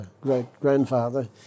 great-grandfather